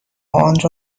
آنرا